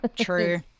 True